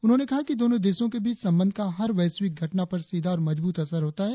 उन्होंने कहा कि दोनों देशों के बीच संबंध का हर वैश्विक घटना पर सीधा और मजब्रत असर होता है